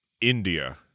India